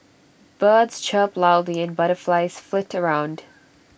birds chirp loudly and butterflies flit around